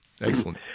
Excellent